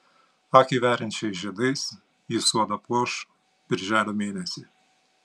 akį veriančiais žiedais ji sodą puoš birželio mėnesį